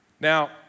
Now